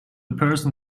person